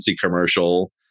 commercial